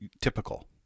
typical